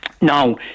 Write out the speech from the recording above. Now